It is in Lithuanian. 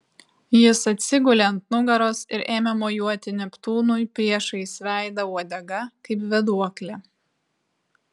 jis atsigulė ant nugaros ir ėmė mojuoti neptūnui priešais veidą uodega kaip vėduokle